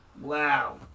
Wow